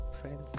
friends